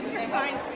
remind